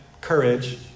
courage